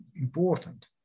important